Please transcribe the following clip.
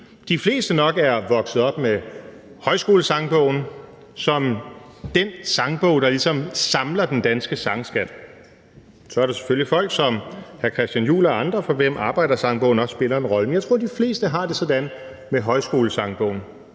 de fleste nok er vokset op med Højskolesangbogen som den sangbog, der ligesom samler den danske sangskat. Så er der selvfølgelig folk som hr. Christian Juhl og andre, for hvem Arbejdersangbogen også spiller en rolle. Men jeg tror, at de fleste har det sådan med Højskolesangbogen.